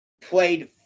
played